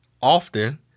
often